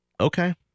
Okay